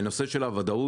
הנושא של הוודאות,